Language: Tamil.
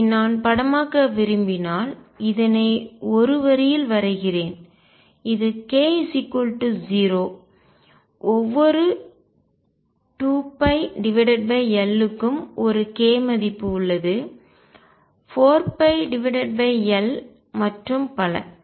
எனவே இதை நான் படமாக்க விரும்பினால் இதனை ஒரு வரியில் வரைகிறேன் இது k 0 ஒவ்வொரு 2π L க்கும் ஒரு k மதிப்பு உள்ளது 4π L மற்றும் பல